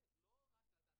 בגלל זה העמדה